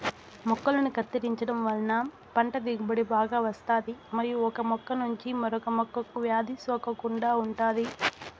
మొక్కలను కత్తిరించడం వలన పంట దిగుబడి బాగా వస్తాది మరియు ఒక మొక్క నుంచి మరొక మొక్కకు వ్యాధి సోకకుండా ఉంటాది